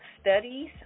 Studies